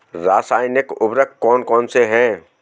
रासायनिक उर्वरक कौन कौनसे हैं?